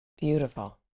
Beautiful